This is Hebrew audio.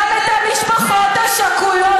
גם את המשפחות השכולות,